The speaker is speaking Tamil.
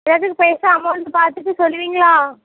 எல்லாத்துக்கும் பைசா அமௌண்ட் பார்த்துட்டு சொல்லுவீங்களா